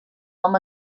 nom